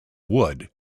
wood